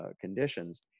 conditions